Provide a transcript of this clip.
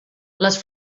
les